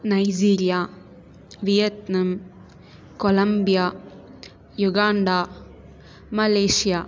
Nigeria Vietnam Colombia Uganda Malaysia